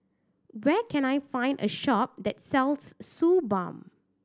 where can I find a shop that sells Suu Balm